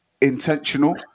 intentional